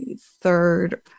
third